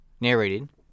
Narrated